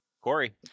Corey